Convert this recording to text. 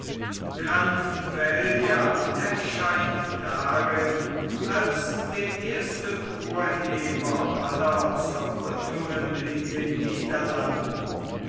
granvella erscheint darin als der erste urheber aller zerrüttungen in den niederlanden